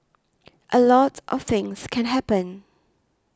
a lot of things can happen